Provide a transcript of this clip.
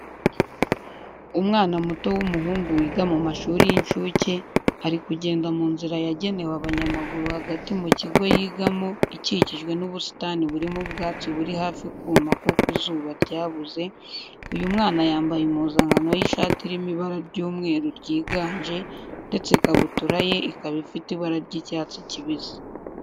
Umwana muto w'umuhungu wiga mu mashuri y'incuke, ari kugenda mu nzira yagenewe abanyamaguru hagati mu kigo yigamo ikikijwe n'ubusitani burimo ubwatsi buri hafi kuma kuko izuba ryabuze, uyu mwana yambaye impuzankano y'ishati irimo ibara ry'umweru ryiganje ndetse ikabutura ye ikaba ifite ibara ry'icyatsi kibisi.